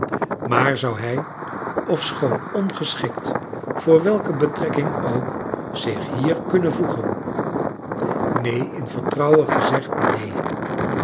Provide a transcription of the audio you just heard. maar zou hij ofschoon ongeschikt voor welke betrekking ook zich hier kunnen voegen keen in vertrouwen gezegd neen